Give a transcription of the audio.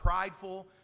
prideful